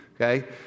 okay